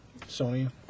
Sony